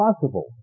possible